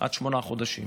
עד שמונה חודשים,